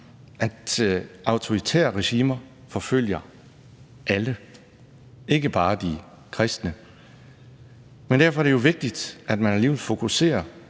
at autoritære regimer forfølger alle, ikke bare de kristne. Derfor er det jo vigtigt, at man alligevel fokuserer,